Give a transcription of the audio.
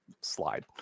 slide